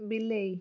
ବିଲେଇ